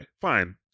Fine